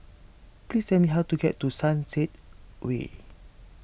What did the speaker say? please tell me how to get to Sunset Way